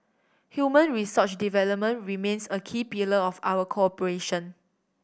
human resource development remains a key pillar of our cooperation